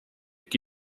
que